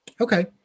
Okay